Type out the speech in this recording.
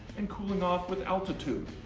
and cooling off with altitude.